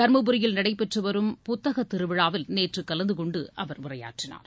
தருமபுரியில் நடைபெற்று வரும் புத்தகத் திருவிழாவில் நேற்று கலந்து கொண்டு அவர் உரையாற்றினார்